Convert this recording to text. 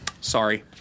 Sorry